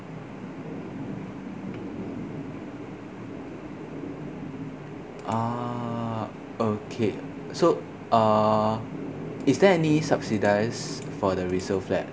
ah okay so uh is there any subsidies for the resale flat